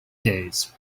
days